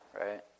Right